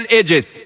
edges